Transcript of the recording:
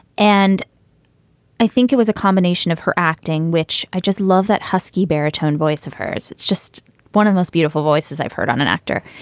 and i think it was a combination of her acting, which i just love that husky baritone voice of hers. it's just one of most beautiful voices i've heard on an actor.